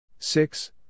Six